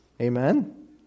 Amen